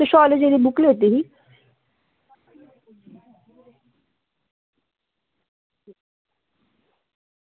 sociology दी book लेती ही